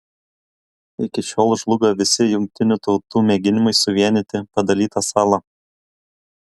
iki šiol žlugo visi jungtinių tautų mėginimai suvienyti padalytą salą